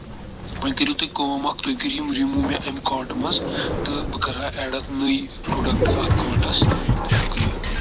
وۄنۍ کٔرِو تُہۍ کٲم اَکھ تُہۍ کٔرِو یِم رِموٗ مےٚ اَمہِ کاٹہٕ منٛز تہٕ بہٕ کَرٕہا ایڈ اتھ نٔے پرٛوڈَکٹ اَتھ کاٹَس تہٕ شُکریہ